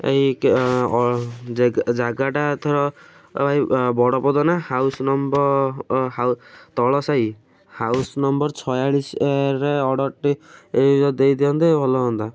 ଏଇ ଜାଗାଟା ଏଥର ବଡ଼ପଦନା ହାଉସ୍ ତଳ ସାହି ହାଉସ୍ ନମ୍ବର ଛୟାଳିଶରେ ଅର୍ଡ଼ର୍ଟେ ଦେଇ ଦିଅନ୍ତେ ଭଲ ହୁଅନ୍ତା